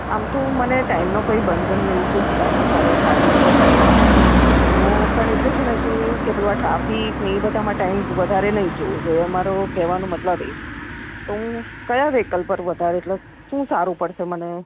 આમ તો મને ટાઇમનો કોઈ બંધન ને એવું કંઈ છે નહીં મારે સારી રીતે ફરવું છે તો પણ એટલે છેને કે એવું કે પેલું આ ટ્રાફિક ને એ બધાંમાં ટાઇમ વધારે નહીં જવો જોઈએ મારો કહેવાનો મતલબ એજ છે તો હુ કયા વ્હીકલ પર વધારે એટલે શું સારુ પડશે મને